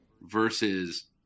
versus